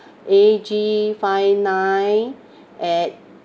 A G five nine at